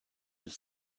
have